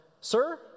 Sir